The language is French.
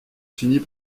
finit